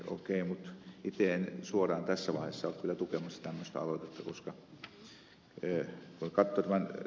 itse en suoraan tässä vaiheessa ole kyllä tukemassa tällaista aloitetta